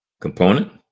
component